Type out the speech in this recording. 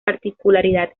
particularidad